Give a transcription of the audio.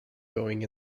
going